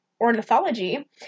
Ornithology